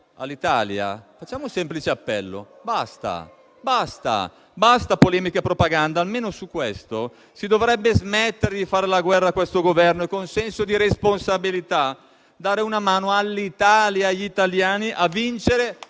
all'Italia, facciamo un semplice appello: basta, basta, basta polemiche e propaganda; almeno su questo si dovrebbe smettere di fare la guerra a questo Governo e con senso di responsabilità dare una mano all'Italia e agli italiani a vincere